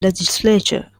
legislature